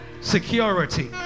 security